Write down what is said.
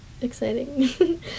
exciting